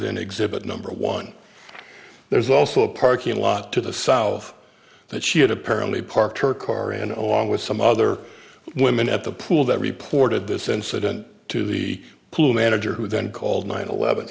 in exhibit number one there's also a parking lot to the south that she had apparently parked her car in a long with some other women at the pool that reported this incident to the pool manager who then called nine eleven